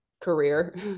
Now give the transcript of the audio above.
career